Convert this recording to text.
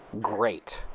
Great